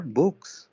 books